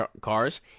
cars